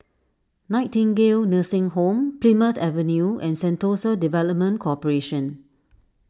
Nightingale Nursing Home Plymouth Avenue and Sentosa Development Corporation